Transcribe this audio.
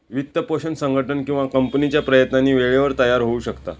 वित्तपोषण संघटन किंवा कंपनीच्या प्रयत्नांनी वेळेवर तयार होऊ शकता